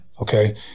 Okay